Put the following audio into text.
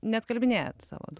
neatkalbinėjot savo